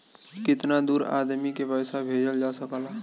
कितना दूर आदमी के पैसा भेजल जा सकला?